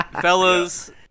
Fellas